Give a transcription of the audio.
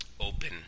open